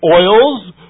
oils